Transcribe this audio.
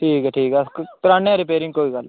ठीक ऐ ठीक ऐ अस कराने आं रिपेरिंग कोई गल्ल निं